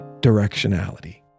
directionality